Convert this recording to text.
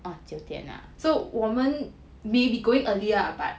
so 我们 may be going early lah but